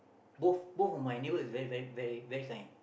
both both of my neighbour is very very very very kind